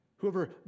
Whoever